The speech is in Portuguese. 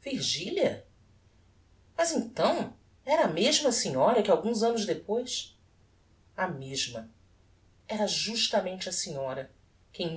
virgilia mas então era a mesma senhora que alguns annos depois a mesma era justamente a senhora que em